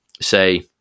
say